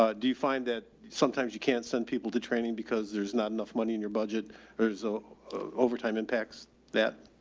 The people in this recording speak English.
ah do you find that sometimes you can't send people to training because there's not enough money in your budget or is ah overtime impacts that?